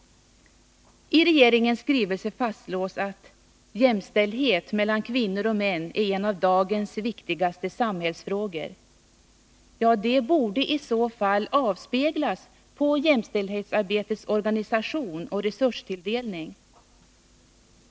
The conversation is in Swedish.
I regeringens skrivelse fastslås bl.a.: ”Jämställdhet mellan kvinnor och män är en av dagens viktigaste samhällsfrågor.” Detta borde i så fall avspeglas i jämställdhetsarbetets organisation och resurstilldelning.